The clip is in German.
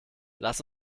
lass